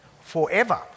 forever